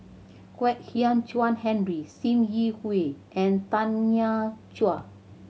Kwek Hian Chuan Henry Sim Yi Hui and Tanya Chua